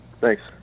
Thanks